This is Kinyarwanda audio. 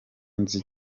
nzi